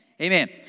Amen